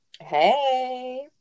Hey